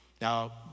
Now